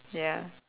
ya